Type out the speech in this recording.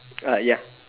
ah ya